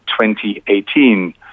2018